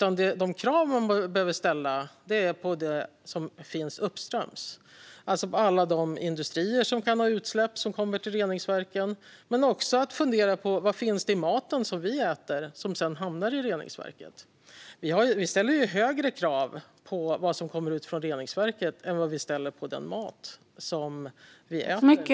Man behöver också ställa krav på det som finns uppströms, alltså alla de industrier som kan ha utsläpp som kommer till reningsverken. Vi måste också fundera på vad som finns i den mat som vi äter och som sedan hamnar i reningsverket. Vi ställer ju högre krav på vad som kommer ut från reningsverket än vad vi ställer på den mat som vi äter.